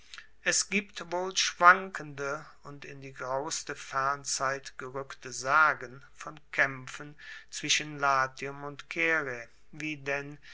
es gibt wohl schwankende und in die graueste fernzeit gerueckte sagen von kaempfen zwischen latium und caere wie denn